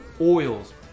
Oils